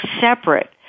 separate